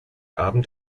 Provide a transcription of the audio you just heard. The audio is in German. abend